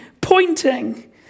pointing